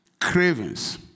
cravings